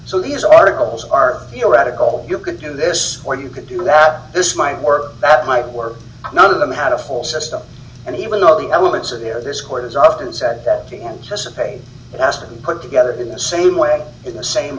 so these articles are theoretical you could do this or you could do that this might work that might work none of them had a full system and even though the elements are there this chord is often said that you anticipate it has to be put together in the same way in the same